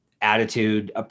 attitude